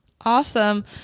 Awesome